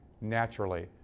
naturally